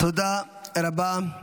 תודה רבה.